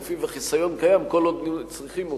ולפיו החיסיון קיים כל עוד צריכים אותו.